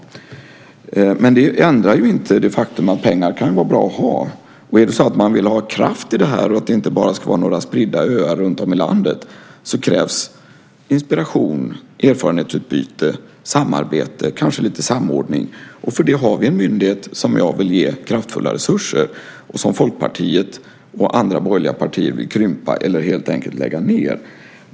Men detta ändrar inte det faktum att pengar kan vara bra att ha. Om man vill ha kraft i detta och att det inte bara ska vara några spridda öar runtom i landet krävs inspiration, erfarenhetsutbyte, samarbete, kanske lite samordning. För det har vi en myndighet som jag vill ge kraftfulla resurser och som Folkpartiet och andra borgerliga partier vill krympa eller helt enkelt lägga ned.